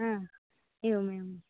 हा एवं एवं